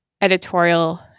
editorial